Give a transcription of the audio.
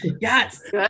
yes